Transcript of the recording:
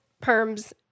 perm's